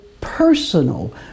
personal